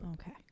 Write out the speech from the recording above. Okay